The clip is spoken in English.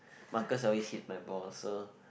Marcus always hit my ball so